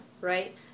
Right